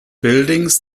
buildings